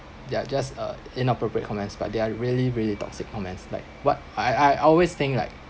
they're just uh inappropriate comments but they are really really toxic comments like what I I always think like